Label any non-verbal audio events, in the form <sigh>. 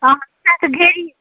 اہنو <unintelligible> غریب